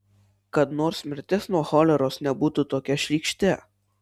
kad nors mirtis nuo choleros nebūtų tokia šlykšti